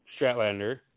Stratlander